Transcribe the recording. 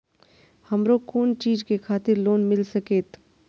हमरो कोन चीज के खातिर लोन मिल संकेत?